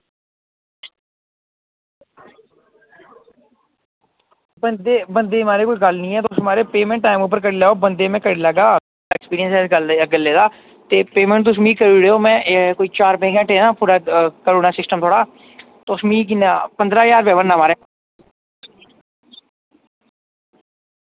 बंदे दी म्हाराज कोई गल्ल निं ऐ म्हाराज पेमेंट टाईम उप्पर करी लैओ बंदे में करी लैगा एक्सपीरियंस ऐ गल्लें दा पेमेंट तुस मिगी करी ओड़ेओ ते में चार पंज घैंटे ना करी ओड़ेआ थोह्ड़ा तुस मिगी किन्ना पंद्रहां ज्हार बनना